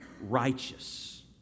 righteous